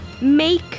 make